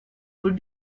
would